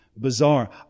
Bizarre